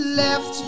left